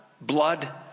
blood